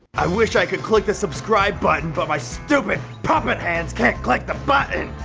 i wish i could click the subscribe button, but my stupid puppet hands can't click the button!